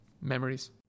memories